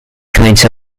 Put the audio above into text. kinds